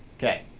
okay,